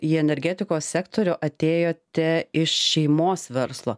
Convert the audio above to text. į energetikos sektorių atėjote iš šeimos verslo